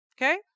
Okay